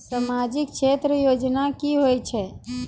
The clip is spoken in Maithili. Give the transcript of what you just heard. समाजिक क्षेत्र के योजना की होय छै?